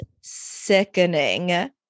sickening